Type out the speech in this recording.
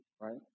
right